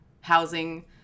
housing